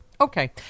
Okay